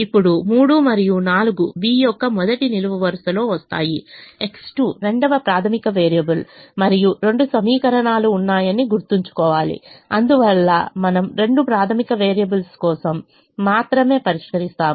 ఇప్పుడు 3 మరియు 4 B యొక్క మొదటి నిలువ వరుస లో వస్తాయి X2 రెండవ ప్రాథమిక వేరియబుల్ మరియు రెండు సమీకరణాలు ఉన్నాయని గుర్తుంచుకోండి అందువల్ల మనం రెండు ప్రాథమిక వేరియబుల్స్ కోసం మాత్రమే పరిష్కరిస్తాము